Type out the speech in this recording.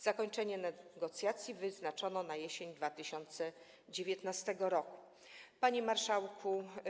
Zakończenie negocjacji wyznaczono na jesień 2019 r. Panie Marszałku!